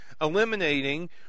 eliminating